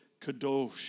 kadosh